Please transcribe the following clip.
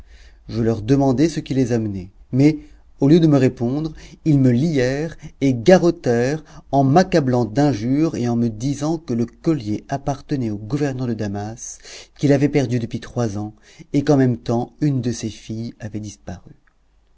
je leur demandai ce qui les amenait mais au lieu de me répondre ils me lièrent et garrottèrent en m'accablant d'injures et en me disant que le collier appartenait au gouverneur de damas qui l'avait perdu depuis trois ans et qu'en même temps une de ses filles avait disparu